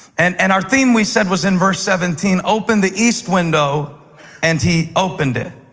and and our theme, we said, was in verse seventeen. open the east window and he opened it.